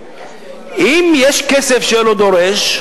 אם יש כסף שאין לו דורש,